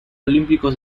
olímpicos